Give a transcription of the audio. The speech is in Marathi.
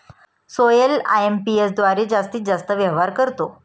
सोहेल आय.एम.पी.एस द्वारे जास्तीत जास्त व्यवहार करतो